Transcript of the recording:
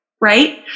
right